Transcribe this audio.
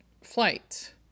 flight